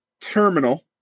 terminal